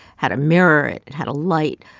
had a mirror, it it had a light.